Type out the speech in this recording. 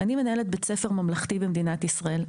אני מנהלת בית ספר ממלכתי במדינת ישראל,